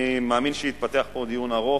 אני מאמין שיתפתח פה דיון ארוך,